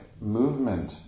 movement